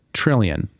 trillion